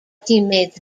teammates